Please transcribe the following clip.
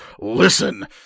Listen